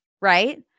right